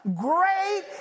great